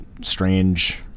strange